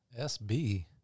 SB